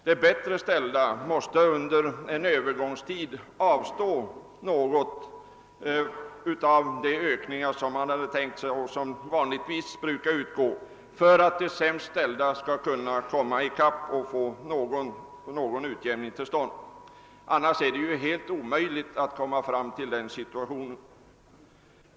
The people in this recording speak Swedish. De bättre ställda måste under en övergångstid avstå från en del av den ökning som de hade tänkt sig och som de vanligtvis får, om det skall kunna bli någon utjämning för de sämst ställda.